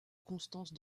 constance